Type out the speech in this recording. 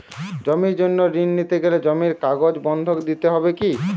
জমির জন্য ঋন নিতে গেলে জমির কাগজ বন্ধক দিতে হবে কি?